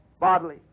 bodily